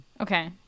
Okay